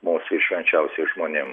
mūsų švenčiausiais žmonėm